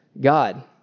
God